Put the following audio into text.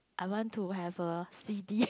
I want to have a CD